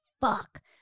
Fuck